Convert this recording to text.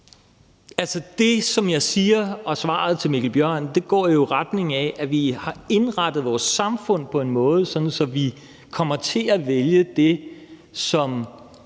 siger, og som jeg svarede til hr. Mikkel Bjørn, går jo i retning af, at vi har indrettet vores samfund på en måde, så vi kommer til at vælge det, som